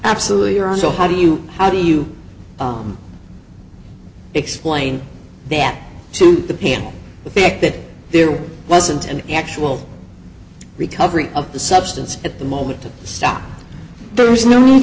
absolutely right so how do you how do you explain that to the panel the fact that there wasn't an actual recovery of the substance at the moment to stop there was no need